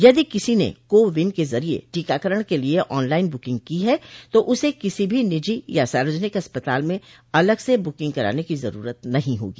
यदि किसी ने को विन के जरिए टीकाकरण के लिए ऑनलाइन ब्रकिंग की है तो उसे किसी भी निजी या सार्वजनिक अस्पताल में अलग से बुकिंग कराने की जरूरत नहीं होगी